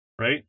right